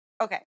okay